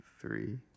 three